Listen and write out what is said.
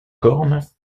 cornes